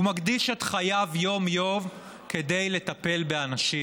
הוא מקדיש את חייו יום-יום כדי לטפל באנשים.